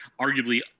arguably